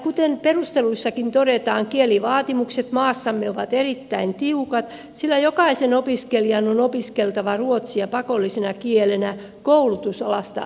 kuten perusteluissakin todetaan kielivaatimukset maassamme ovat erittäin tiukat sillä jokaisen opiskelijan on opiskeltava ruotsia pakollisena kielenä koulutusalasta riippumatta